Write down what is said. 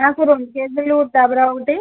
నాకు రెండు కేజీలు దబరా ఒకటి